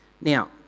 Now